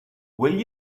will